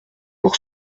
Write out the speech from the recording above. pour